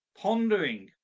pondering